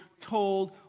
told